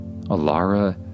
Alara